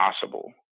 possible